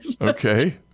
Okay